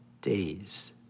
days